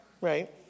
Right